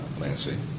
Lansing